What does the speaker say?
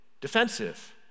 defensive